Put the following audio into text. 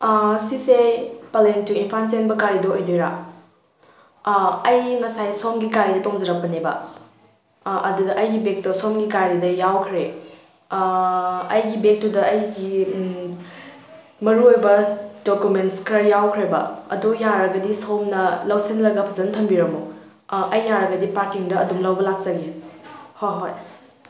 ꯑꯥ ꯁꯤꯁꯦ ꯄꯂꯦꯟ ꯇꯨ ꯏꯝꯐꯥꯜ ꯆꯦꯟꯕ ꯒꯥꯔꯤꯗꯣ ꯑꯣꯏꯗꯨꯔꯥ ꯑꯥ ꯑꯩ ꯉꯁꯥꯏ ꯁꯣꯝꯒꯤ ꯒꯥꯔꯤꯗ ꯇꯣꯡꯖꯔꯛꯄꯅꯦꯕ ꯑꯥ ꯑꯗꯨꯗ ꯑꯩꯒꯤ ꯕꯦꯛꯇꯣ ꯁꯣꯝꯒꯤ ꯒꯥꯔꯤꯗ ꯌꯥꯎꯈ꯭ꯔꯦ ꯑꯩꯒꯤ ꯕꯦꯛꯇꯨꯗ ꯑꯩꯒꯤ ꯃꯔꯨꯑꯣꯏꯕ ꯗꯣꯀꯨꯃꯦꯟꯁ ꯈꯔ ꯌꯥꯎꯈ꯭ꯔꯦꯕ ꯑꯗꯣ ꯌꯥꯔꯒꯗꯤ ꯁꯣꯝꯅ ꯂꯧꯁꯤꯜꯂꯒ ꯐꯖꯅ ꯊꯝꯕꯤꯔꯝꯃꯣ ꯑꯥ ꯑꯩ ꯌꯥꯔꯒꯗꯤ ꯄꯥꯔꯀꯤꯡꯗ ꯑꯗꯨꯝ ꯂꯧꯕ ꯂꯥꯛꯆꯒꯦ ꯍꯣꯏ ꯍꯣꯏ